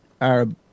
Arab